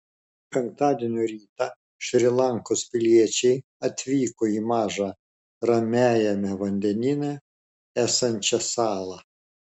penktadienio rytą šri lankos piliečiai atvyko į mažą ramiajame vandenyne esančią salą